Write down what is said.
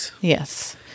yes